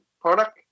product